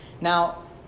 now